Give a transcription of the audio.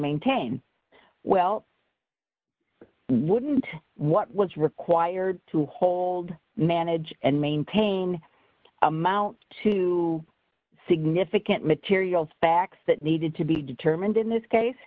maintain well wouldn't what was required to hold manage and maintain amount to significant material facts that needed to be determined in this case